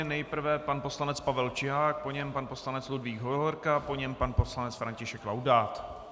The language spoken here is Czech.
Nejprve pan poslanec Pavel Čihák, po něm pan poslanec Ludvík Hovorka, po něm pan poslanec František Laudát.